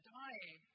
dying